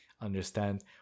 understand